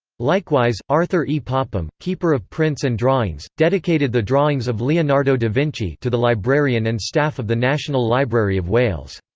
likewise, arthur e. popham, keeper of prints and drawings, dedicated the drawings of leonardo da vinci to the librarian and staff of the national library of wales'.